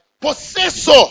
Possessor